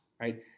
Right